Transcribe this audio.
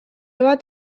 bat